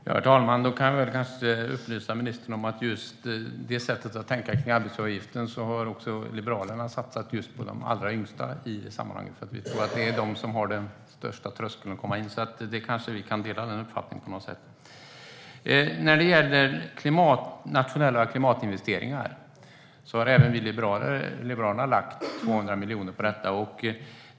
Herr talman! Då kan jag kanske upplysa ministern om, när det gäller det sättet att tänka kring arbetsgivaravgiften, att också Liberalerna har satsat på de allra yngsta. Vi tror att det är de som har den högsta tröskeln för att komma in, så den uppfattningen kanske vi kan dela på något sätt. Nationella klimatinvesteringar har Liberalerna lagt 200 miljoner på.